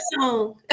song